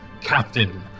captain